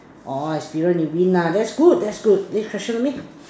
orh experience you win ah that's good that's good next question to me